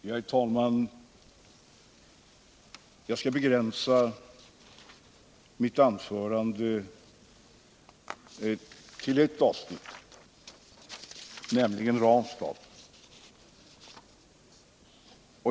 Herr talman! Jag skall begränsa mitt anförande till ett avsnitt. nämligen Ranstad.